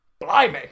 blimey